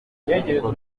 ibigo